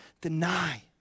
deny